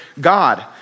God